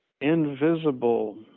invisible